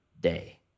day